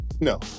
No